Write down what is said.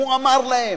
"הוא אמר להם",